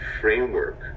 framework